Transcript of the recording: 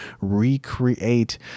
recreate